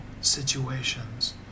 situations